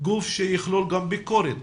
גוף שיכלול גם ביקורת